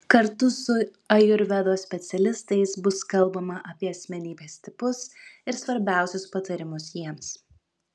kartu su ajurvedos specialistais bus kalbama apie asmenybės tipus ir svarbiausius patarimus jiems